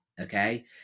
Okay